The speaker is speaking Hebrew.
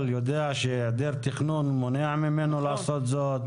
יודע שהיעדר תכנון מונע ממנו לעשות זאת.